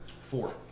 Four